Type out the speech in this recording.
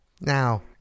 Now